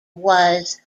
was